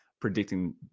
predicting